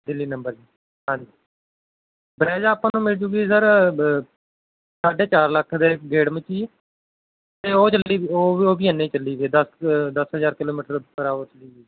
Delhi number ਹਾਂਜੀ Brezza ਆਪਾਂ ਨੂੰ ਮਿਲ ਜੂਗੀ ਸਰ ਬ ਸਾਢੇ ਚਾਰ ਲੱਖ ਦੇ ਗੇੜ ਮ ਤੀ ਅਤੇ ਉਹ ਚੱਲੀ ਵੀ ਉਹ ਵੀ ਉਹ ਵੀ ਇੰਨਾਂ ਹੀ ਚੱਲੀ ਵੀ ਦਸ ਕੁ ਦਸ ਹਜ਼ਾਰ ਕਿਲੋਮੀਟਰ ਚੱਲੀ ਵੀ